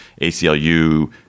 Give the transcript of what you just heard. ACLU